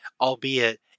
Albeit